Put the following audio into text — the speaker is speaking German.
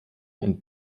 und